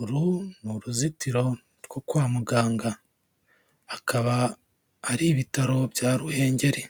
Uru ni uruzitiro rwo kwa muganga. Akaba ari ibitaro bya Ruhengeli.